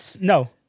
No